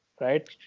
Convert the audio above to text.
right